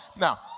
Now